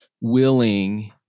willing